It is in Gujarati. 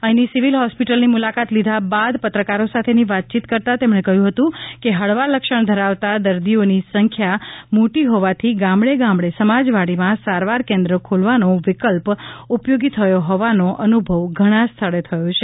અહીંની સિવિલ હોસ્પિટલની મુલાકાત લીધા બાદ પત્રકારો સાથે વાતચીત કરતાં તેમણે કહ્યું હતું કે હળવા લક્ષણ ધરાવતા દર્દીઓની સંખ્યા મોટી હોવાથી ગામડે ગામડે સમાજવાડીમાં સારવાર કેન્દ્ર ખોલવાનો વિકલ્પ ઉપયોગી થયો હોવાનો અનુભવ ઘણા સ્થળે થયો છે